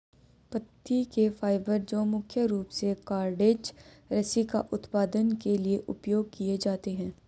पत्ती के फाइबर जो मुख्य रूप से कॉर्डेज रस्सी का उत्पादन के लिए उपयोग किए जाते हैं